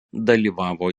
dalyvavo